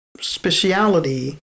speciality